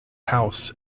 house